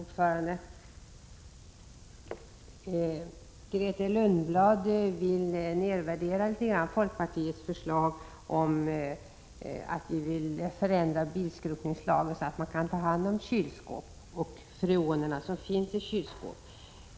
Herr talman! Grethe Lundblad ville litet grand nedvärdera folkpartiets förslag om ändring av bilskrotningslagen så att man kan ta hand om kylskåp och de freoner som finns i kylskåp.